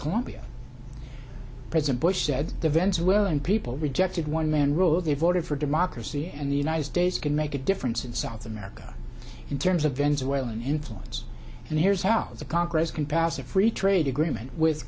colombia president bush said the venezuelan people rejected one man rule they voted for democracy and the united states can make a difference in south america in terms of the it's well an influence and here's how the congress can pass a free trade agreement with